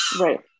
right